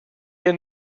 wir